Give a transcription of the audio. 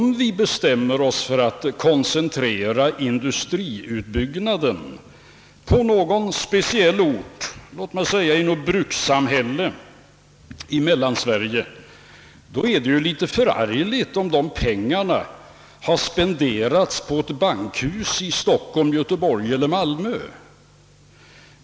Om vi bestämmer oss för att koncentrera en industriutbyggnad till någon speciell ort, låt mig säga något brukssamhälle i Mellansverige, så är det litet förargligt om dessa pengar har spenderats på uppförandet av ett bankhus i Stockholm, Göteborg eller Malmö.